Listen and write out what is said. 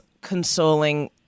consoling